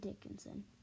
Dickinson